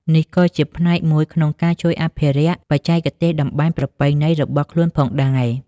នេះក៏ជាផ្នែកមួយក្នុងការជួយអភិរក្សបច្ចេកទេសតម្បាញប្រពៃណីរបស់ខ្មែរផងដែរ ។